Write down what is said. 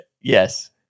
Yes